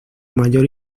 mayor